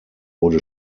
wurde